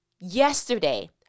Yesterday